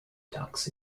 tax